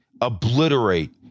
obliterate